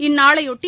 இந்நாளைபொட்டி